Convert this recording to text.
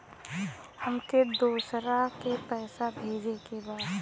हमके दोसरा के पैसा भेजे के बा?